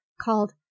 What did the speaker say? called